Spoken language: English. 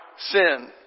Sin